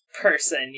Person